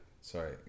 Sorry